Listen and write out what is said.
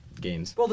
games